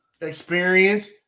experience